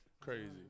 crazy